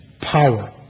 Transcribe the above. power